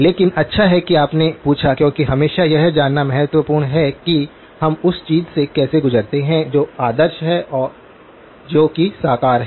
लेकिन अच्छा है कि आपने पूछा क्योंकि हमेशा यह जानना महत्वपूर्ण है कि हम उस चीज़ से कैसे गुजरते हैं जो आदर्श है जो कि साकार है